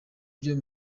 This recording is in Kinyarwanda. byo